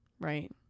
Right